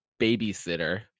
Babysitter